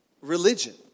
religion